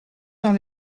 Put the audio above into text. dans